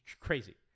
crazy